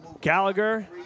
Gallagher